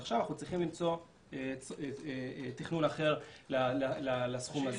עכשיו אנחנו צריכים למצוא תכנון אחר לסכום הזה.